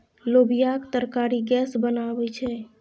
लोबियाक तरकारी गैस बनाबै छै